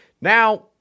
Now